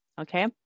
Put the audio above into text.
okay